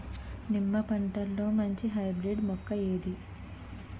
నిమ్మ పంటలో మంచి హైబ్రిడ్ మొక్క ఏది?